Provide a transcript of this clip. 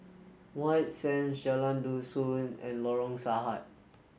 White Sands Jalan Dusun and Lorong Sarhad